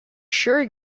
sure